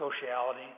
sociality